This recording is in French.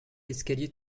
l’escalier